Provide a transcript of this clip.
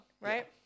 right